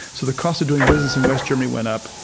so the cost of doing business in west germany went up.